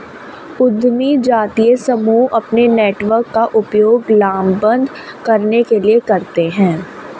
उद्यमी जातीय समूह अपने नेटवर्क का उपयोग लामबंद करने के लिए करते हैं